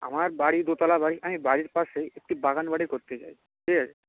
আমার বাড়ি দোতলা বাড়ি আমি বাড়ির পাশে একটি বাগান বাড়ি করতে চাই ঠিক আছে